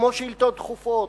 כמו שאילתות דחופות,